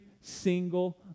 single